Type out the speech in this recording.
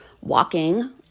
walking